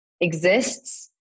exists